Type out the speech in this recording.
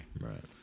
Right